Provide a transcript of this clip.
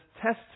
test